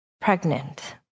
pregnant